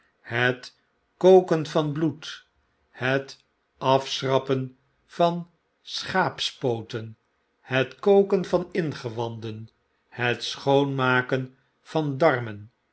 het koken van bloed het afschrappen van schaapspooten het koken van ingewanden het schoonmaken van darmen